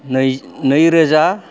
नै रोजा